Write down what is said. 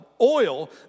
oil